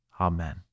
Amen